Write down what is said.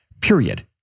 period